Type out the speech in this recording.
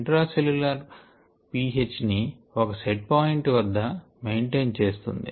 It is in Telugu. ఇంట్రా సెల్ల్యులర్ pH ని ఒక సెట్ పాయింట్ వద్ద మైంటైన్ చేస్తుంది